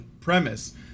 premise